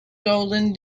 golden